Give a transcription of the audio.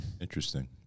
Interesting